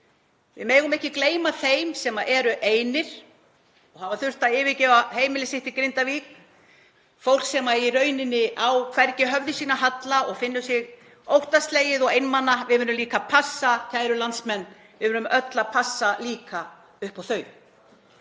við megum ekki gleyma þeim sem eru einir og hafa þurft að yfirgefa heimili sitt í Grindavík, fólk sem á í rauninni hvergi höfði sínu að halla og er óttaslegið og einmana. Kæru landsmenn, við verðum öll að passa upp á þau